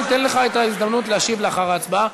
אתן לך את ההזדמנות להשיב לאחר ההצבעה.